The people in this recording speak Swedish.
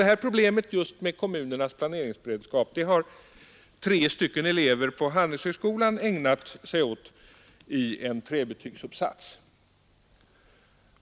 Det problemet har tre elever på Handelshögskolan i Stockholm behandlat i en trebetygsuppsats.